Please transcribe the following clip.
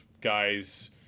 guys